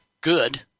good